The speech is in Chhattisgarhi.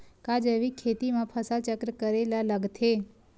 का जैविक खेती म फसल चक्र करे ल लगथे?